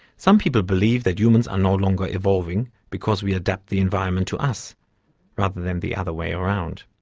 some people believe that humans are no longer evolving because we adapt the environment to us rather than the other way around.